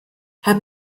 herr